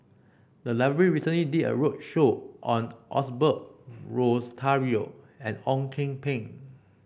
the library recently did a roadshow on Osbert Rozario and Ong Kian Peng